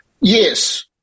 Yes